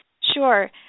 Sure